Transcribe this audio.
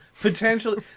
Potentially